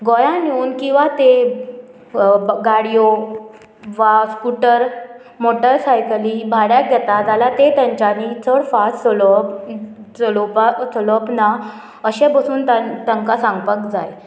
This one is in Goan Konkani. गोंयान येवन किंवां ते गाडयो वा स्कूटर मोटरसायकली भाड्याक घेता जाल्यार ते तेंच्यांनी चड फास्ट चलोवप चलोवपाक चलोवप ना अशें बसून तांकां सांगपाक जाय